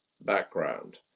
background